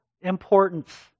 importance